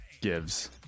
gives